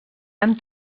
han